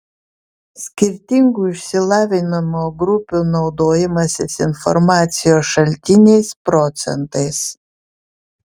skirtingų išsilavinimo grupių naudojimasis informacijos šaltiniais procentais